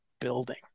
building